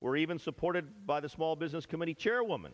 were even supported by the small business committee chairwoman